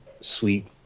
sweet